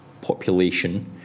population